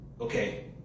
okay